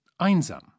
einsam